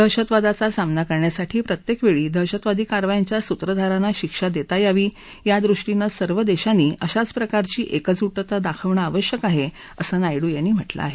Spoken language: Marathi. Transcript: दहशतवादाचा सामना करण्यासाठी प्रत्येक वेळी दहशतवादी कारवायांच्या सूत्रधारांना शिक्षा देता यावी यादृष्टीनं सर्व देशांनी अशाच प्रकारची एकजूटता दाखवणं आवश्यक आहे असं नायडू यांनी म्हटलं आहे